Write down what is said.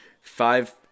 five